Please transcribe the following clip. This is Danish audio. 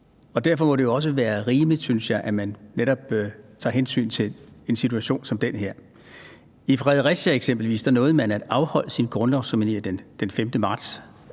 Derfor må det jo også være rimeligt, synes jeg, at man netop tager hensyn til en situation som den her. I Fredericia, eksempelvis, nåede man at afholde sin grundlovsceremoni den 5. marts